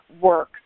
work